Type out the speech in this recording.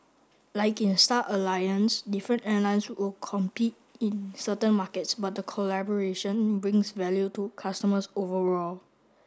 like in Star Alliance different airlines will compete in certain markets but the collaboration brings value to customers overall